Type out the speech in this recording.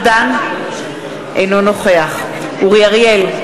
אינו נוכח אורי אריאל,